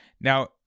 now